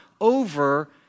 over